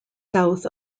south